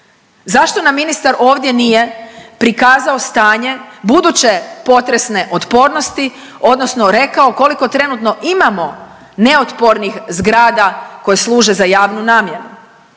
Zašto nam ministar ovdje nije prikazao stanje buduće potresne otpornosti odnosno rekao koliko trenutno imamo neotpornih zgrada koje služe za javnu namjenu?